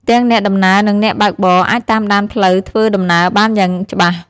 ទាំងអ្នកដំណើរនិងអ្នកបើកបរអាចតាមដានផ្លូវធ្វើដំណើរបានយ៉ាងច្បាស់។